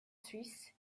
suisse